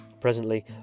Presently